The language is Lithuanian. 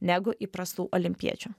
negu įprastų olimpiečių